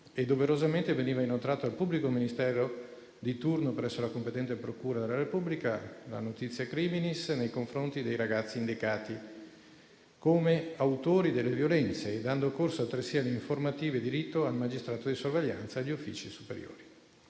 e doverosamente veniva inoltrata, al pubblico ministero di turno presso la competente procura della Repubblica, la *notitia* *criminis* nei confronti dei ragazzi indicati come autori delle violenze, dando corso altresì alle informative di rito al magistrato di sorveglianza e agli uffici superiori.